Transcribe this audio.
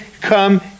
come